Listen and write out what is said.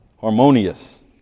harmonious